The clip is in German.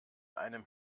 einem